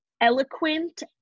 eloquent